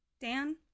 Dan